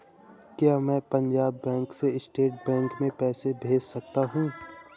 क्या मैं पंजाब बैंक से स्टेट बैंक में पैसे भेज सकता हूँ?